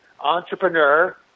entrepreneur